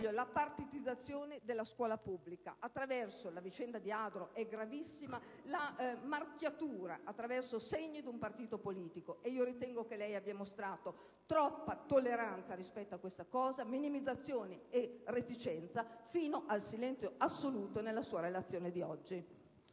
partitizzazione della scuola pubblica attraverso (la vicenda di Adro è gravissima) la marchiatura con segni di un partito politico; e io ritengo che lei abbia mostrato troppa tolleranza rispetto a questa vicenda, minimizzazione e reticenza, fino al silenzio assoluto nella sua relazione di oggi.